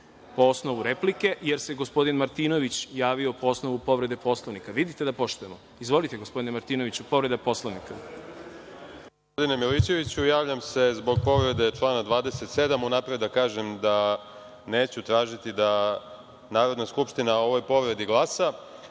po osnovu replike, jer se gospodin Martinović javio po osnovu povrede Poslovnika. Vidite da poštujemo? Izvolite, gospodine Martinoviću, povreda Poslovnika. **Aleksandar Martinović** Hvala, gospodine Milićeviću. Javljam se zbog povrede člana 27. Unapred da kažem da neću tražiti da Narodna skupština o ovoj povredi glasa. Sve